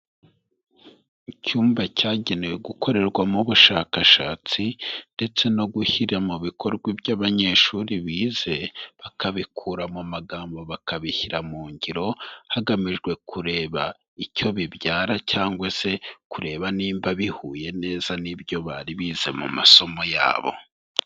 Icyumba cyagenewe gukorerwamo ubushakashatsi ndetse no gushyira mu bikorwa ibyo abanyeshuri bize, bakabikura mu magambo bakabishyira mu ngiro, hagamijwe kureba icyo bibyara cyangwa se kureba niba bihuye neza n'ibyo bari bize mu masomo yabo.